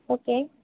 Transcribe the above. okay